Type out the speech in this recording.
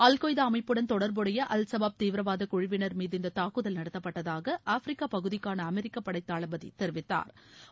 அல் Qaeda அமைப்புடன் தொடர்புடைய al Shabaab தீவிரவாத குழுவினர் மீது இந்த தாக்குதல் நடத்தப்பட்டதாக ஆப்பிரிக்க பகுதிக்கான அமெரிக்க படை தளபதி தெரிவித்தாா்